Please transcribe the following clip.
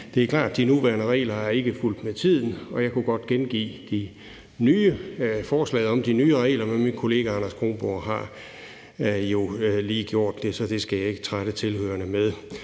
Det er klart, at de nuværende regler ikke er fulgt med tiden, og jeg kunne godt gengive forslagene til nye regler, men min kollega hr. Anders Kronborg har jo lige gjort det, så det skal jeg ikke trætte tilhørerne med.